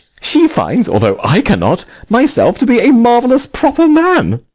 she finds, although i cannot, myself to be a marvellous proper man.